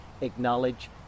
acknowledge